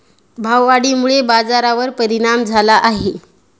भाववाढीमुळे बाजारावर परिणाम झाला आहे